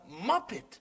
Muppet